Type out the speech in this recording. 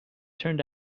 turned